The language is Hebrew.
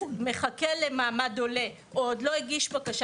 שמחכה למעמד עולה או עוד לא הגיש בקשה